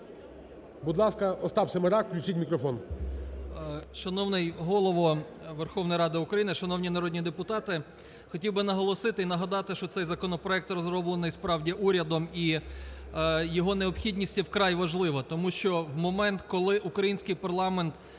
Будь ласка, Остап Семерак, включіть мікрофон. 13:17:56 СЕМЕРАК О.М. Шановний Голово Верховної Ради України, шановні народні депутати! Хотів би наголосити і нагадати, що цей законопроект розроблений справді урядом, і його необхідність є вкрай важлива. Тому що в момент, коли український парламент